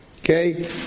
Okay